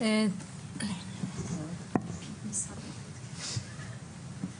(היו"ר יסמין פרידמן, 16:00)